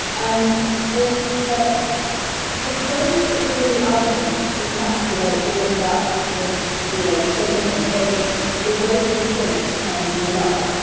um is that the phrase that really i think encapsulates all of that sort of new age thinking is the way that you think determines your life.